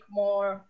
more